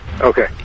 Okay